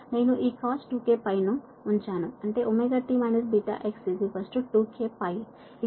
నేను ఈ cos 2kπ ను ఉంచాను అంటే ωt βx 2kπ ఇది సాధారణ విషయం